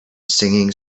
singing